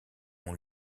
ont